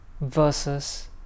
versus